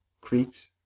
creeks